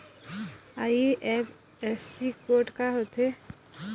IFSC code का होथे?